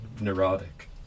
neurotic